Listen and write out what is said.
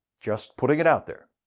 just putting it out there.